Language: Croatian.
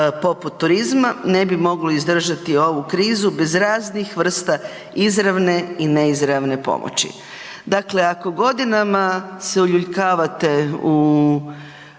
poput turizma ne bi moglo izdržati ovu krizu bez raznih vrsta izravne i neizravne pomoći. Dakle, ako godinama se uljuljkavate u